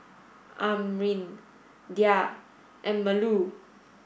Amrin Dhia and Melur